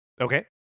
Okay